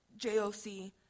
JOC